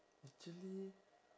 actually